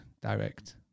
direct